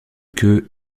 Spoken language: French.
que